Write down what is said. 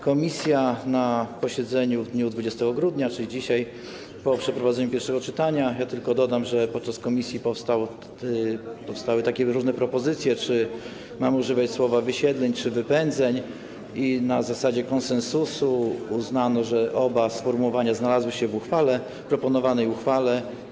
Komisja na posiedzeniu w dniu 20 grudnia, czyli dzisiaj, po przeprowadzeniu pierwszego czytania - tylko dodam, że podczas posiedzenia komisji powstały różne propozycje, czy mamy używać słowa „wysiedleń”, czy „wypędzeń” - i na zasadzie konsensusu uznano, że oba sformułowania znalazły się w proponowanej uchwale.